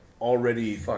already